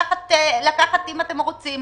אם אתם רוצים,